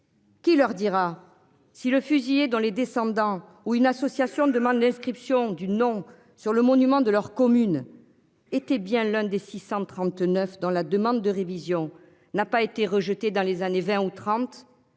Qui leur dira si le fusiller dans les descendants ou une association demande d'inscription du nom sur le monument de leur commune. Était bien l'un des 639 dans la demande de révision n'a pas été rejeté dans les années 20 ou 30.